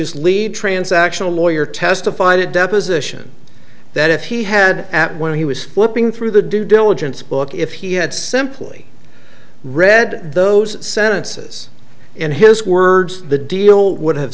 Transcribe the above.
q's lead transactional lawyer testified at deposition that if he had at when he was flipping through the due diligence book if he had simply read those sentences in his words the deal would have